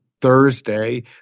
Thursday